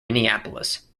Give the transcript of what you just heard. minneapolis